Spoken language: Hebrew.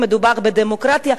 מדובר בדמוקרטיה.